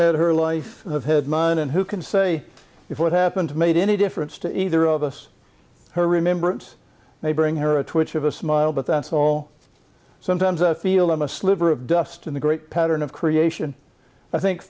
had her life of had mine and who can say if what happened made any difference to either of us her remembrance may bring her a twitch of a smile but that's all sometimes i feel i'm a sliver of dust in the great pattern of creation i think